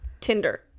Tinder